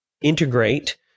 integrate